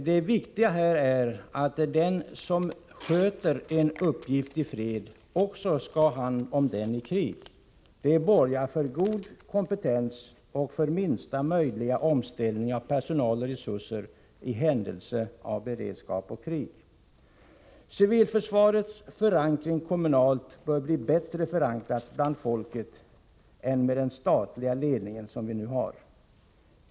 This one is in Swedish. Det viktiga är att den som sköter en uppgift i fred också skall ha hand om den i krig. Det borgar för god kompetens och för minsta möjliga omställning av personal och resurser i händelse av beredskap och krig. Civilförsvarets kommunala anknytning bör bli bättre förankrad bland folket än systemet med den statliga ledning som vi nu har.